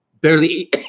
barely